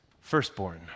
Firstborn